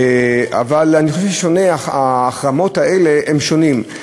אבל החרמות האלה שונים,